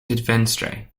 venstre